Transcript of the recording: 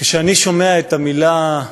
כשאני שומע את המילה,